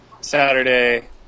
Saturday –